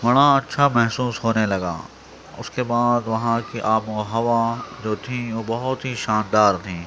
بڑا اچھا محسوس ہونے لگا اُس کے بعد وہاں کی آب و ہَوا جو تھی وہ بہت ہی شاندار تھی